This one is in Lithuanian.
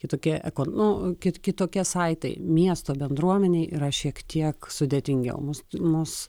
kitokia eko nu kit kitokie saitai miesto bendruomenei yra šiek tiek sudėtingiau mūs mus